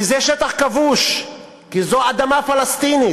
כי זה שטח כבוש, כי זו אדמה פלסטינית.